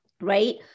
right